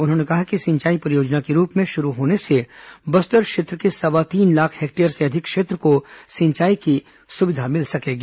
उन्होंने कहा कि सिंचाई परियोजना के रूप में शुरू होने से बस्तर क्षेत्र के सवा तीन लाख हेक्टेयर से अधिक क्षेत्र को सिंचाई की सुविधा मिल सकेगी